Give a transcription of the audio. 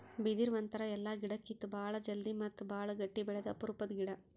ಬಿದಿರ್ ಒಂಥರಾ ಎಲ್ಲಾ ಗಿಡಕ್ಕಿತ್ತಾ ಭಾಳ್ ಜಲ್ದಿ ಮತ್ತ್ ಭಾಳ್ ಗಟ್ಟಿ ಬೆಳ್ಯಾದು ಅಪರೂಪದ್ ಗಿಡಾ